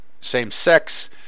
same-sex